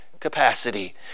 capacity